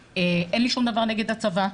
אין לי שום דבר נגד הצבא.